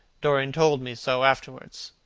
dorian told me so afterwards.